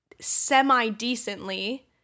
semi-decently